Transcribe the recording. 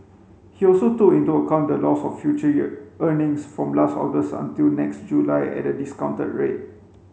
he also took into account the loss of future year earnings from last August until next July at a discounted rate